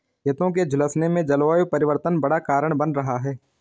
खेतों के झुलसने में जलवायु परिवर्तन बड़ा कारण बन रहा है